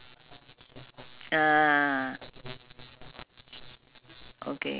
this hawker centre is near rasa food eh rasa rasa yishun